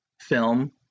film